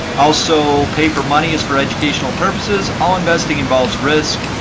also, paper money is for educational purposes. all investing involves risk,